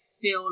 feel